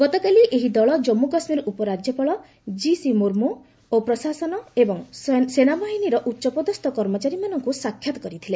ଗତକାଲି ଏହି ଦଳ କମ୍ମୁ କାଶ୍ମୀର ଉପରାଜ୍ୟପାଳ ଜିସି ମୁର୍ମୁ ଓ ପ୍ରଶାସନ ଏବଂ ସେନାବାହିନୀର ଉଚ୍ଚ ପଦସ୍ଥ କର୍ମଚାରୀମାନଙ୍କୁ ସାକ୍ଷାତ କରିଥିଲେ